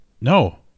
No